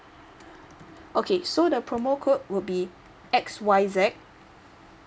okay so the promo code would be X Y Z